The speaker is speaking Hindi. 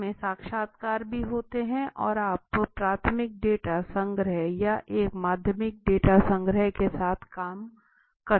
इसमे साक्षात्कार भी होते हैं और आप प्राथमिक डेटा संग्रह या एक माध्यमिक डेटा संग्रह के साथ काम करते है